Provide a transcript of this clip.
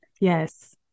Yes